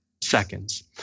seconds